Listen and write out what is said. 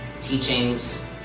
teachings